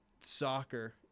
Soccer